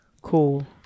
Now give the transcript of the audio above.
Cool